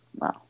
Wow